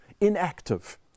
inactive